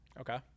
Okay